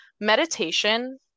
meditation